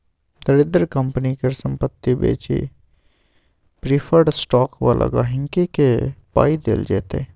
दरिद्र कंपनी केर संपत्ति बेचि प्रिफर्ड स्टॉक बला गांहिकी केँ पाइ देल जेतै